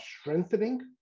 strengthening